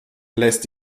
lässt